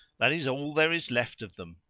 that is all there is left of them.